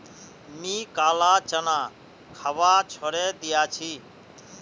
मी काला चना खवा छोड़े दिया छी